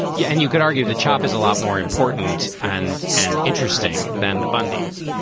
yeah. and you could argue the chop is a lot more important and and interesting than the bundy's.